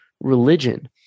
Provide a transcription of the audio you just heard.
religion